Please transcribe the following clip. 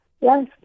Yes